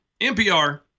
NPR